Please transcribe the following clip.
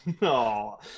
No